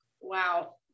Wow